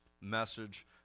message